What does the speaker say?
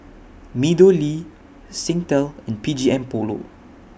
Meadowlea Singtel and B G M Polo